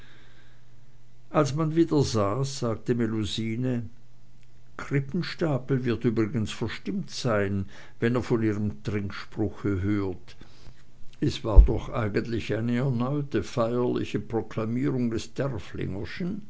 als man wieder saß sagte melusine krippenstapel wird übrigens verstimmt sein wenn er von ihrem trinkspruche hört es war doch eigentlich eine erneute feierliche proklamierung des